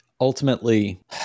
ultimately